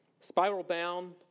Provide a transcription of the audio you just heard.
spiral-bound